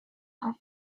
have